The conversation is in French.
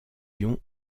ions